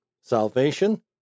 Salvation